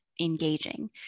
engaging